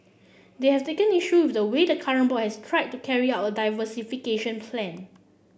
they have taken issue with the way the current board has tried to carry out a diversification plan